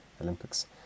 Olympics